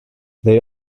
they